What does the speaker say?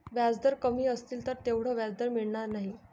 व्याजदर कमी असतील तर तेवढं व्याज मिळणार नाही